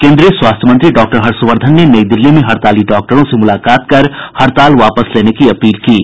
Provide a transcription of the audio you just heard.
केन्द्रीय स्वास्थ्य मंत्री डॉक्टर हर्षवर्धन ने नई दिल्ली में हड़ताली डॉक्टरों से मुलाकात कर हड़ताल वापस लेने की अपील की है